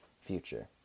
future